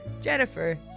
jennifer